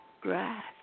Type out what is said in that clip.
grass